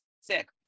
sick